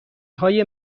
های